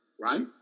right